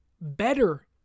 better